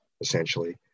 essentially